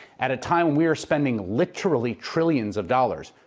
at a time we're spending literally trillions of dollars,